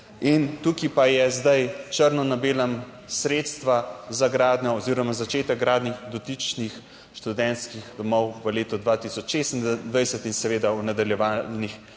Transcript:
tukaj pa je zdaj črno na belem, sredstva za gradnjo oziroma začetek gradnje dotičnih študentskih domov v letu 2026 in seveda v nadaljevalnih